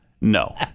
No